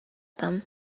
them